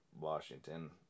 Washington